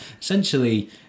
Essentially